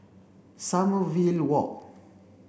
Sommerville Walk